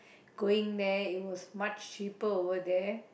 going there it was much cheaper over there